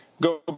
go